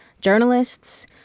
journalists